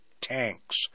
tanks